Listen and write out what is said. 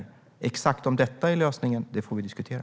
Om exakt detta är lösningen får vi diskutera.